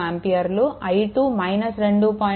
5 ఆంపియర్లు i2 2